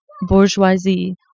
bourgeoisie